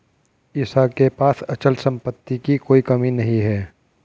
ईशा के पास अचल संपत्ति की कोई कमी नहीं है